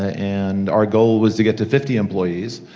ah and our goal was to get to fifty employees,